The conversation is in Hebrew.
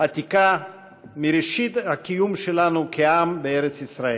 עתיקה מראשית הקיום שלנו כעם בארץ ישראל.